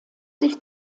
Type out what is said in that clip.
sich